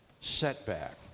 setback